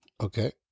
Okay